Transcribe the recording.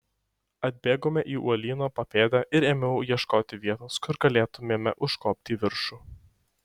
atbėgome į uolyno papėdę ir ėmiau ieškoti vietos kur galėtumėme užkopti į viršų